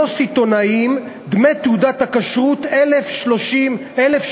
והוא נאלץ להסיר את תעודת הכשרות מהעסק שלו אחרי